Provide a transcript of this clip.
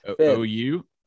OU